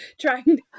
trying